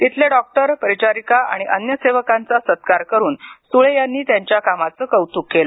तिथले डॉक्टर परिचारिका आणि अन्य सेवकांचा सत्कार करून सुळे यांनी त्यांच्या कामाचं कौतुकही केलं